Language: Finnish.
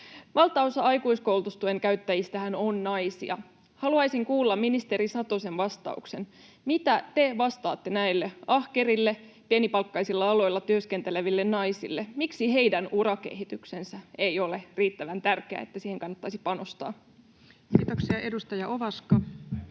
Valtaosa aikuiskoulutustuen käyttäjistähän on naisia. Haluaisin kuulla ministeri Satosen vastauksen. Mitä te vastaatte näille ahkerille, pienipalkkaisilla aloilla työskenteleville naisille? Miksi heidän urakehityksensä ei ole riittävän tärkeää, että siihen kannattaisi panostaa? [Miko Bergbom: Tämä